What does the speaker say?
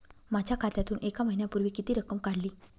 माझ्या खात्यातून एक महिन्यापूर्वी किती रक्कम काढली?